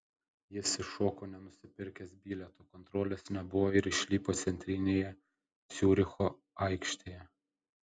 jis įšoko nenusipirkęs bilieto kontrolės nebuvo ir išlipo centrinėje ciuricho aikštėje